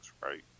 right